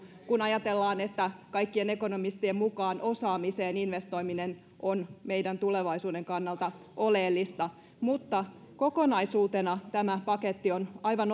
kun ajatellaan että kaikkien ekonomistien mukaan osaamiseen investoiminen on meidän tulevaisuuden kannalta oleellista mutta kokonaisuutena tämä paketti on aivan